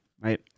right